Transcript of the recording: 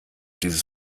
dieses